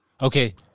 Okay